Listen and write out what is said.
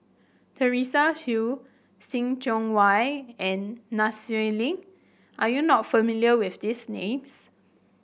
Teresa Hsu See Tiong Wah and Nai Swee Leng are you not familiar with these names